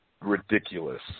ridiculous